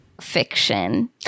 Fiction